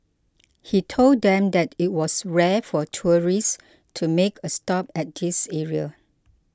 he told them that it was rare for tourists to make a stop at this area